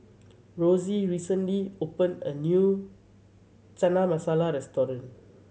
Rosie recently opened a new Chana Masala Restaurant